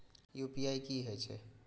UPI की हेछे?